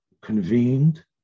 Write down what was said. convened